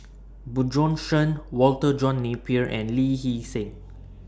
Bjorn Shen Walter John Napier and Lee Hee Seng